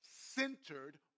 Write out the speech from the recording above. centered